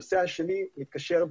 הנושא השני מתקשר,